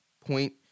point